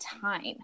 time